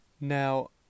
Now